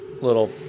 little